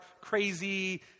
crazy